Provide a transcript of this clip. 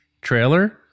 trailer